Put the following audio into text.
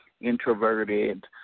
introverted